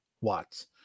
Watts